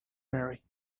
marry